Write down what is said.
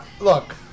look